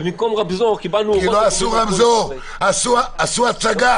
ובמקום רמזור קיבלנו- -- עשו הצגה.